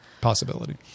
possibility